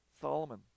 Solomon